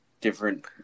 different